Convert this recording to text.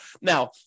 Now